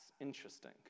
interesting